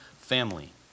family